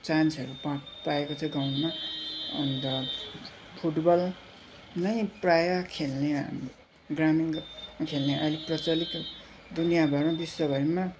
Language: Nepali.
चान्सहरू पाएको छ गाउँमा अन्त फुटबल नै प्रायः खेल्ने हाम्रो ग्रामीण खेल्ने अलिक प्रचलित दुनियाँभरमा विश्वभरिमा